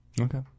Okay